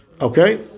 Okay